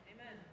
amen